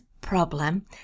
problem